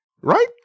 Right